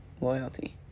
loyalty